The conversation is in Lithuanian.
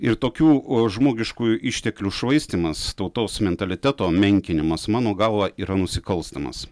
ir tokių žmogiškųjų išteklių švaistymas tautos mentaliteto menkinimas mano galva yra nusikalstamas